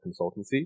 consultancy